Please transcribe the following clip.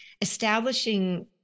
establishing